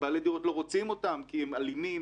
בעלי דירות לא רוצים אותם כי הם אלימים.